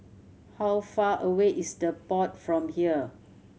how far away is The Pod from here